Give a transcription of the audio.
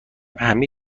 همه